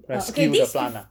rescue the plant ah